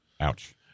ouch